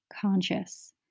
conscious